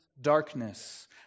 darkness